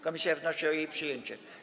Komisja wnosi o jej przyjęcie.